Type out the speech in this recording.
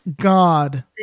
God